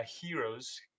heroes